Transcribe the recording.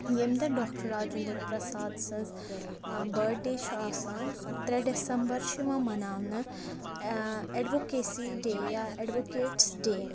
ییٚمہِ دۄہ ڈاکٹر راجِنٛدَر پرٛساد سٕنٛز بٔر ڈے چھُ آسان سُہ ترٛےٚ ڈٮ۪سَمبَر چھُ یِوان مناونہٕ اٮ۪ڈووٚکیسی ڈے یا اٮ۪ڈووٚکیٹٕس ڈے